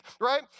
right